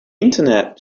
internet